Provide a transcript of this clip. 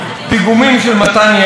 "פיגומים" של מתן יאיר,